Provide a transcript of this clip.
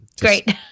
great